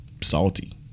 salty